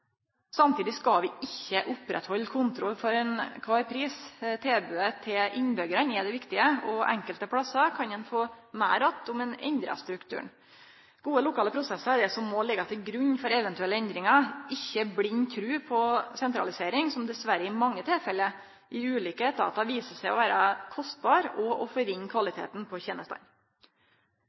Samtidig skal vi ikkje oppretthalde kontor for kvar pris. Tilbodet til innbyggjarane er det viktige, og enkelte stader kan ein få meir att om ein endrar strukturen. Gode lokale prosessar er det som må leggjast til grunn for eventuelle endringar, ikkje blind tru på sentralisering, som dessverre i mange tilfelle i ulike etatar viser seg å vere kostbart og gjer kvaliteten på tenestene